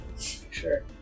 Sure